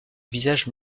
visage